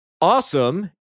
awesome